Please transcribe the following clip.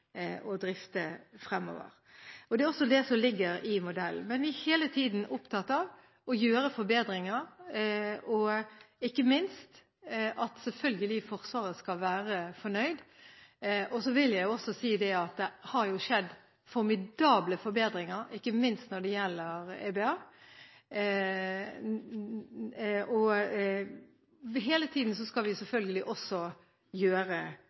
drifte fremover. Det er også det som ligger i modellen. Men vi er hele tiden opptatt av å gjøre forbedringer, og ikke minst at Forsvaret selvfølgelig skal være fornøyd. Så vil jeg også si at det har skjedd formidable forbedringer, ikke minst når det gjelder EBA. Hele tiden skal vi selvfølgelig gjøre mer, og det ligger også